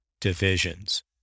divisions